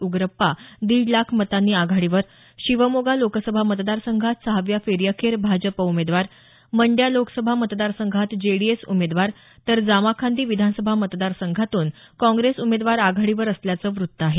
उगरप्पा दीड लाख मतांनी आघाडीवर शिवमोगा लोकसभा मतदारसंघात सहाव्या फेरीअखेर भाजपा उमेदवार मांड्या लोकसभा मतदारसंघात जेडीएस उमेदवार तर जामाखांदी विधानसभा मतदारसंघातून काँग्रेस उमेदवार आघाडीवर असल्याचं वृत्त आहे